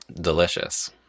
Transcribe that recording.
delicious